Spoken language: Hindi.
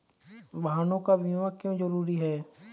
वाहनों का बीमा क्यो जरूरी है?